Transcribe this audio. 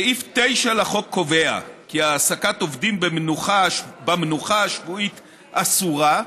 סעיף 9 לחוק קובע כי העסקת עובדים במנוחה השבועית אסורה,